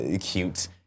cute